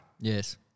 Yes